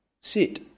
sit